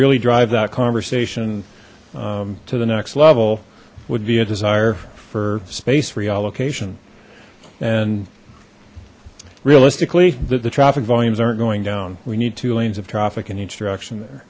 really drive that conversation to the next level would be a desire for space reallocation and realistically that the traffic volumes aren't going down we need two lanes of traffic in each direction there